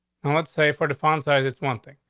and let's say for the font size, it's one thing.